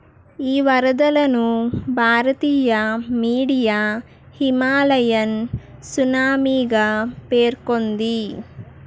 ఈ వరదలను భారతీయ మీడియా హిమాలయన్ సునామీగా పేర్కొంది